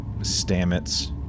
Stamets